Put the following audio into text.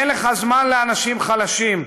אין לך זמן לאנשים חלשים,